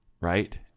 right